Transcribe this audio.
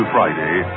Friday